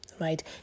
right